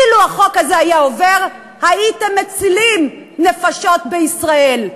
אילו עבר החוק הזה, הייתם מצילים נפשות בישראל.